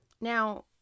Now